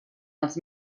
els